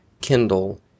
Kindle